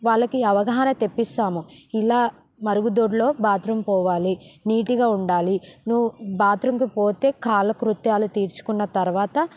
వాళ్ళకి అవగాహన తెప్పిస్తాము ఇలా మరుగుదొడ్లో బాత్రూం పోవాలి నీట్గా ఉండాలి నువ్వు బాత్రూంకి పోతే కాలకృత్యాలు తీర్చుకున్న తరవాత